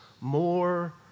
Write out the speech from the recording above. more